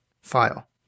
file